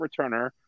returner